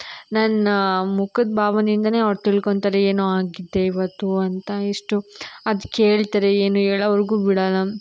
ನನ್ನ ಮುಖದ ಭಾವನೆಯಿಂದಲೇ ಅವ್ರು ತಿಳ್ಕೊಳ್ತಾರೆ ಏನೋ ಆಗಿದೆ ಇವತ್ತು ಅಂತ ಎಷ್ಟು ಅದು ಕೇಳ್ತಾರೆ ಏನು ಹೇಳೋವರ್ಗು ಬಿಡೋಲ್ಲ